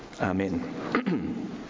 Amen